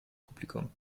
publikum